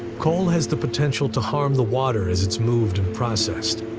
coal has the potential to harm the water as it's moved and processed.